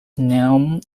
known